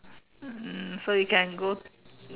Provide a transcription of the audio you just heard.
um so you can go